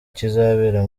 kizabera